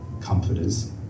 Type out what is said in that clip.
comforters